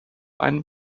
einen